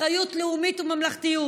אחריות לאומית וממלכתיות.